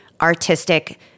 artistic